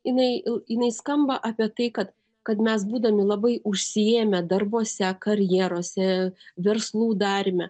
jinai jinai skamba apie tai kad kad mes būdami labai užsiėmę darbuose karjerose verslų daryme